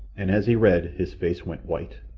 and as he read his face went white.